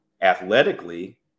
athletically